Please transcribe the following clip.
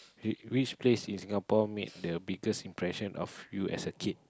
which which place in Singapore makes the biggest impression of you as a kid